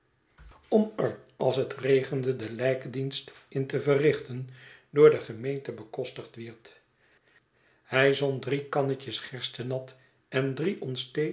om er als het regende den lijkdienst in te verrichten door de gemeente bekostigd wierd hij zond drie kannetjes gerstenat en drie